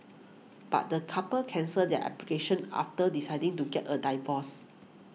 but the couple cancelled their application after deciding to get a divorce